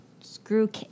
screw